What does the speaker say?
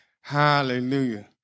Hallelujah